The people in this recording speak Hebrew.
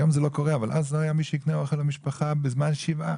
היום זה לא קורה אבל אז לא היה מי שיקנה אוכל למשפחה בזמן השבעה.